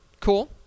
Cool